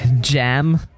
jam